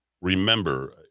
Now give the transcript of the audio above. remember